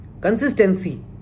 Consistency